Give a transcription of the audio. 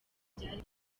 byari